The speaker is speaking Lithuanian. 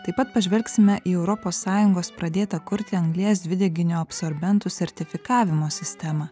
taip pat pažvelgsime į europos sąjungos pradėtą kurti anglies dvideginio absorbentų sertifikavimo sistemą